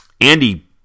Andy